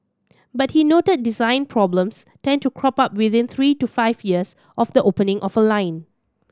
but he noted design problems tend to crop up within three to five years of the opening of a line